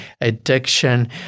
addiction